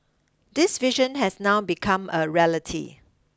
this vision has now become a reality